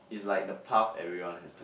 it's like the path everyone has to